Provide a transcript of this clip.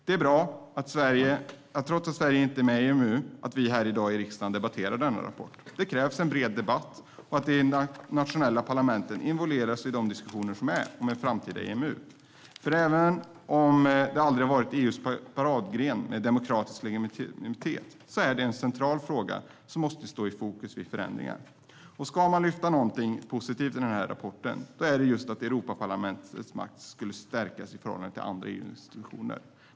Det är bra att vi här i dag i riksdagen, trots att Sverige inte är med i EMU, debatterar denna rapport. Det krävs en bred debatt och att de nationella parlamenten involveras i de diskussioner som förs om ett framtida EMU. Även om demokratisk legitimitet aldrig har varit EU:s paradgren är det en central fråga som måste stå i fokus vid förändringar. Ska man lyfta fram något som är positivt i rapporten är det just att Europaparlaments makt skulle stärkas i förhållande till andra EU-institutioner.